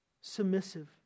submissive